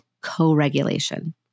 co-regulation